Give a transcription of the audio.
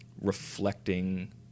reflecting